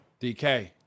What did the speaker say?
DK